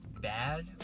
bad